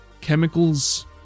chemicals